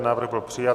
Návrh byl přijat.